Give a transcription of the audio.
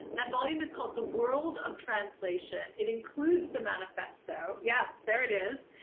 that volume is called the world of translation. it includes the manifesto. yes, there it is.